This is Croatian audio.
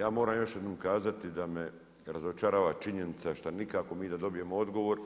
Ja moram još jednom kazati da me razočarava činjenica šta nikako da mi dobijemo odgovor